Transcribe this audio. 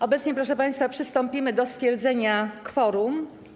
Obecnie, proszę państwa, przystąpimy do stwierdzenia kworum.